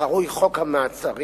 הקרוי "חוק המעצרים",